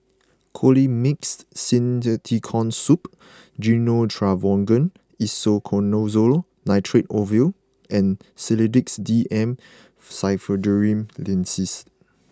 Colimix Simethicone Syrup Gyno Travogen Isoconazole Nitrate Ovule and Sedilix D M Pseudoephrine Linctus